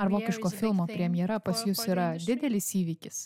ar vokiško filmo premjera pas jus yra didelis įvykis